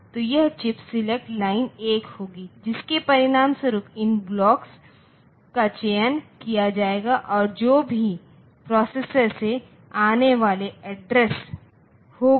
तो यह chip select line 1 होगी जिसके परिणामस्वरूप इन ब्लॉकों का चयन किया जाएगा और जो भी प्रोसेसर से आने वाला एड्रेस होगा